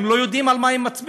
הם לא יודעים על מה הם מצביעים.